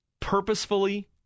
purposefully